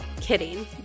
Kidding